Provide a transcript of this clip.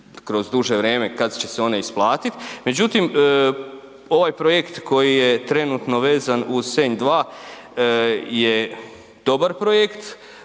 kroz duže vrijeme kad će se one isplatit. Međutim, ovaj projekt koji je trenutno vezan uz Senj 2, je dobar projekt